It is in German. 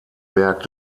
werk